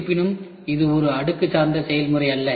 இருப்பினும் இது ஒரு அடுக்கு சார்ந்த செயல்முறை அல்ல